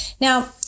Now